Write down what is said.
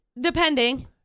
depending